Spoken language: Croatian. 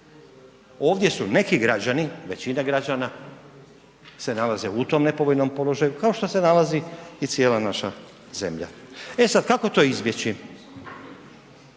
Ovdje su neki građani, većina građana se nalaze u tom nepovoljnom položaju kao što se nalazi i cijela naša zemlja. E sada kako to izbjeći?